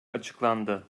açıklandı